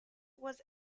was